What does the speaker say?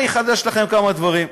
אני אחדש לכם כמה דברים.